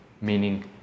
meaning